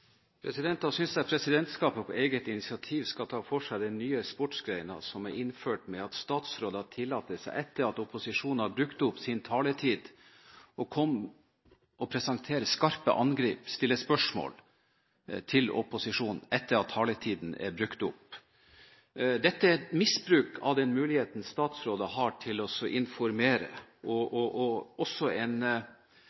Da synes jeg Presidentskapet på eget initiativ skal ta for seg den nye sportsgrenen som er innført ved at statsråder – etter at opposisjonen har brukt opp sin taletid – tillater seg å presentere skarpe angrep og stille spørsmål til opposisjonen. Dette er misbruk av den muligheten statsråder har til å informere. Det er også en form for misbruk av den